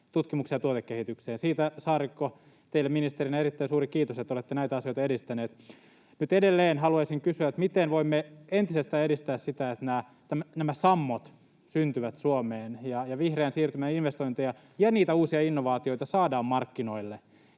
tutkimukseen ja tuotekehitykseen, ja siitä, Saarikko, teille ministerinä erittäin suuri kiitos, että olette näitä asioita edistänyt. Nyt edelleen haluaisin kysyä: miten voimme entisestään edistää sitä, että nämä sammot syntyvät Suomeen ja vihreän siirtymän investointeja ja niitä uusia innovaatioita saadaan markkinoille,